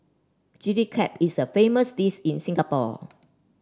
Chilli Crab is a famous dis in Singapore